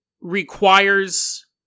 requires